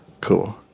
Cool